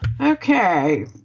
Okay